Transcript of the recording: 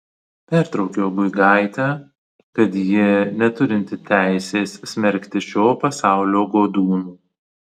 pertraukiau guigaitę kad ji neturinti teisės smerkti šio pasaulio godūnų